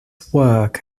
work